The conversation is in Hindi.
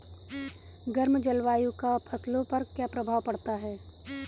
गर्म जलवायु का फसलों पर क्या प्रभाव पड़ता है?